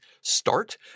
start